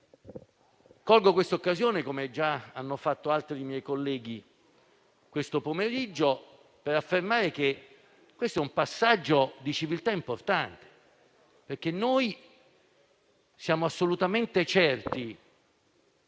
Colgo questa occasione, come già hanno fatto altri miei colleghi questo pomeriggio, per affermare che questo è un importante passaggio di civiltà. Siamo assolutamente certi